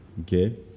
okay